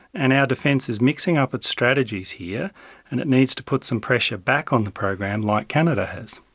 and our defence is mixing up its strategies here and it needs to put some pressure back on the program like canada has.